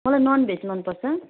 मलाई non veg मनपर्छ